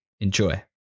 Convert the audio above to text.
Enjoy